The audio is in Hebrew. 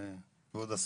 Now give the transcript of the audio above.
כבוד השרה: